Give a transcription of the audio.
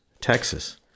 Texas